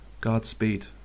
Godspeed